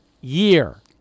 year